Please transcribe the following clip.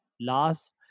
last